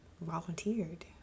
volunteered